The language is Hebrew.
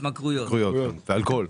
ואלכוהול.